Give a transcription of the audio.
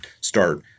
start